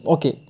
Okay